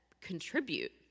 contribute